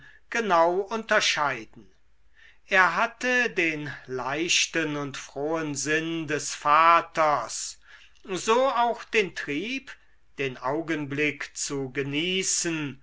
genau unterscheiden er hatte den leichten und frohen sinn des vaters so auch den trieb den augenblick zu genießen